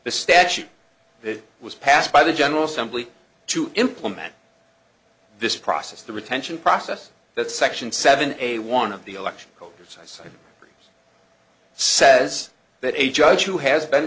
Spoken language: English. the statute that was passed by the general assembly to implement this process the retention process that section seven a one of the election voters i cited says that a judge who has been